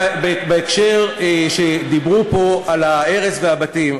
בהקשר שדיברו פה על ההרס והבתים,